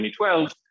2012